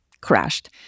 crashed